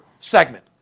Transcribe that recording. segment